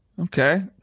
Okay